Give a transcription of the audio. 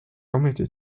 ometi